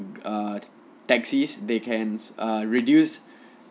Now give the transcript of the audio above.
err taxis they can err reduce